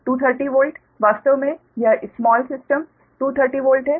230 volt वास्तव में small system 230 volt है